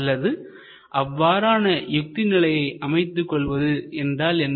அல்லது அவ்வாறான யுத்தி நிலைகளை அமைத்துக்கொள்வது என்றால் என்ன